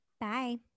Bye